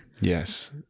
Yes